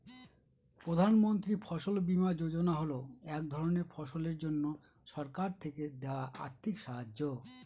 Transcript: প্রধান মন্ত্রী ফসল বীমা যোজনা হল এক ধরনের ফসলের জন্যে সরকার থেকে দেওয়া আর্থিক সাহায্য